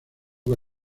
que